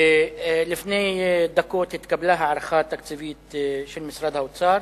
לפני דקות התקבלה הערכה תקציבית של משרד האוצר.